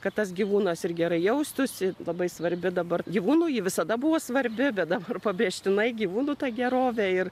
kad tas gyvūnas ir gerai jaustųsi labai svarbi dabar gyvūnų ji visada buvo svarbi bet dabar pabrėžtinai gyvūnų ta gerovė ir